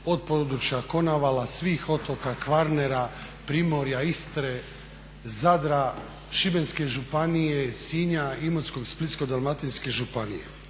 od područja Konavala, svih otoka, Kvarnera, Primorja, Istre, Zadra, Šibenske županije, Sinja, Imotskog, Splitsko-dalmatinske županije.